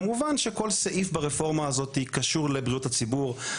כמובן שכל סעיף ברפורמה הזאתי קשור לבריאות הציבור,